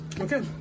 Okay